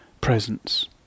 presence